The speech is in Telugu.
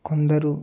కొందరు